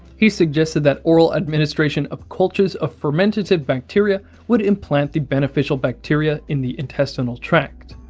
he suggested that oral administration of cultures of fermentative bacteria would implant the beneficial bacteria in the intestinal tract.